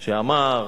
שאמר: